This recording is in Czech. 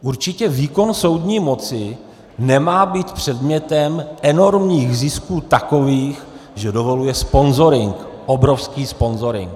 Určitě výkon soudní moci nemá být předmětem enormních zisků takových, že dovoluje sponzoring, obrovský sponzoring.